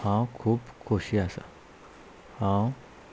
हांव खूब खोशी आसा हांव